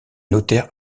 notaire